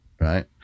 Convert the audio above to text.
right